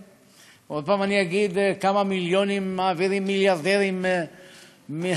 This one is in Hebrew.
עוד פעם אני אגיד כמה מיליונים מעבירים מיליארדרים מכל